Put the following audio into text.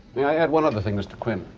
i add one other thing, mr. quinn?